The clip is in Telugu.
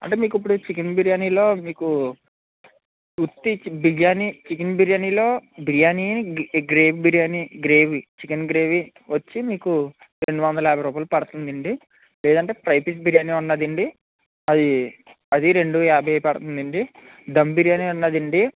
అంటే మీకు ఇప్పుడు చికెన్ బిర్యానీలో మీకు ఉత్తి బిర్యాని చికెన్ బిర్యానీలో biryani gravy biryani gravy chicken gravy వచ్చి మీకు రెండు వందల యాబై రూపాయలు పడుతుంది అండి లేదంటే ఫ్రై పీస్ బిర్యానీ ఉన్నది అండి అది రెండు యాబై పడుతుంది అండి దమ్ బిర్యానీ ఉన్నది అండి